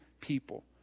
people